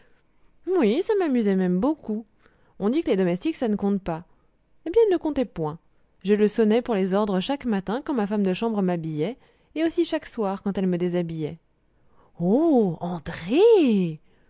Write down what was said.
oui ça m'amusait même beaucoup on dit que les domestiques ça ne compte pas eh bien il ne comptait point je le sonnais pour les ordres chaque matin quand ma femme de chambre m'habillait et aussi chaque soir quand elle me déshabillait oh andrée